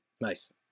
Nice